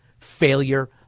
failure